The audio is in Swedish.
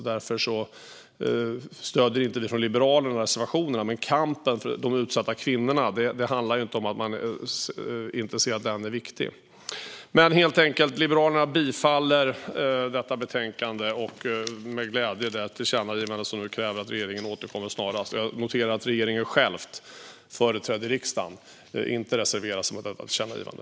Därför stöder inte Liberalerna reservationen. Det handlar dock inte om att vi inte ser att kampen för de utsatta kvinnorna är riktig. Liberalerna yrkar bifall till förslaget i betänkandet och med glädje även till det tillkännagivande som nu kräver att regeringen återkommer snarast. Jag noterar att regeringen själv, företrädd i riksdagen, inte reserverade sig mot detta tillkännagivande.